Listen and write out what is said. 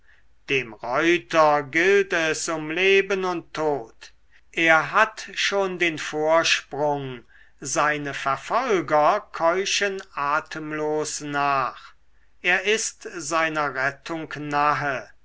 dem reuter gilt es um leben und tod er hat schon den vorsprung seine verfolger keuchen atemlos nach er ist seiner rettung nahe